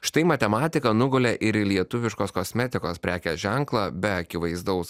štai matematika nugulė ir į lietuviškos kosmetikos prekės ženklą be akivaizdaus